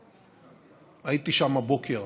הייתי שם הבוקר.